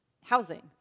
housing